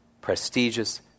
prestigious